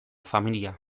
familia